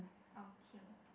okay